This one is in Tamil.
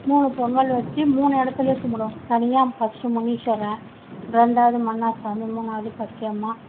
மூணு பொங்கல் வச்சு மூணு இடத்திலியும் கும்பிடுவோம் தனியாக ஃபர்ஸ்ட்டு முனீஷ்வரன் ரெண்டாவுது மன்னார் சாமி மூணாவது பச்சையம்மா